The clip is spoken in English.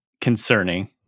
concerning